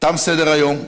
תם סדר-היום.